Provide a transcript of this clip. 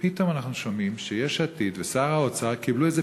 ופתאום אנחנו שומעים שיש עתיד ושר האוצר קיבלו איזה